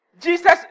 Jesus